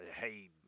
hey